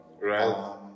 Right